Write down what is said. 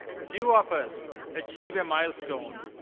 few of us achieve a milestone,